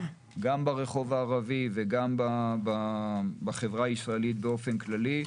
גם ברחוב הערבי וגם בחברה הישראלית באופן כללי.